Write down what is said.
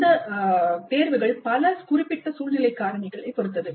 இந்த தேர்வுகள் பல குறிப்பிட்ட சூழ்நிலைக் காரணிகளைப் பொறுத்தது